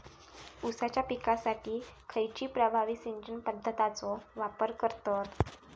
ऊसाच्या पिकासाठी खैयची प्रभावी सिंचन पद्धताचो वापर करतत?